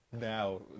Now